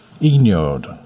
ignored